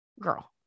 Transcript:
Girl